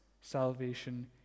salvation